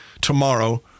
tomorrow